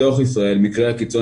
בתוך ישראל מקרי הקיצון